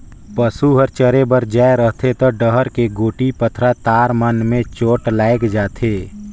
पसू हर चरे बर जाये रहथे त डहर के गोटी, पथरा, तार मन में चोट लायग जाथे